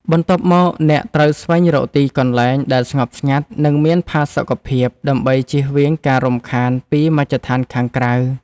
បន្ទាប់មក អ្នកត្រូវស្វែងរកទីកន្លែងដែលស្ងប់ស្ងាត់ និងមានផាសុកភាព ដើម្បីជៀសវាងការរំខានពីមជ្ឈដ្ឋានខាងក្រៅ។